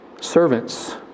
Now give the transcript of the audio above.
servants